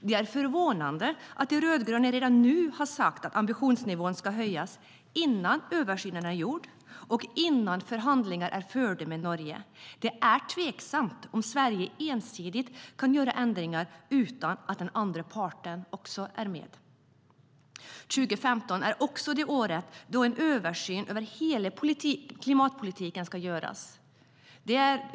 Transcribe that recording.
Det är förvånande att de rödgröna redan nu har sagt att ambitionsnivån ska höjas, innan översynen är gjord och innan förhandlingar har förts med Norge. Det är tveksamt om Sverige ensidigt kan göra ändringar utan att den andra parten också är med.2015 är också det år då en översyn av hela klimatpolitiken ska göras.